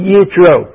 Yitro